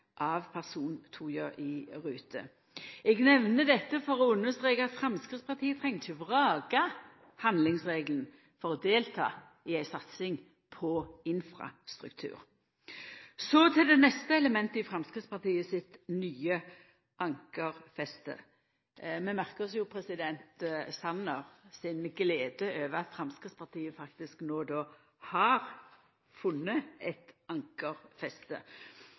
av persontoga i rute. Eg nemner dette for å understreka at Framstegspartiet ikkje treng vraka handlingsregelen for å delta i ei satsing på infrastruktur. Så til det neste elementet i Framstegspartiet sitt nye ankerfeste – vi merkar oss Sanner si glede over at Framstegspartiet faktisk har funne eit ankerfeste,